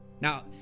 Now